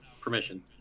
permission